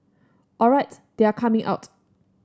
alright they are coming out